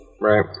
right